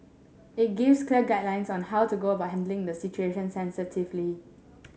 it gives clear guidelines on how to go about handling the situation sensitively